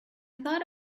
thought